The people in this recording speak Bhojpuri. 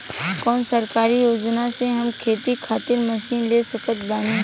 कौन सरकारी योजना से हम खेती खातिर मशीन ले सकत बानी?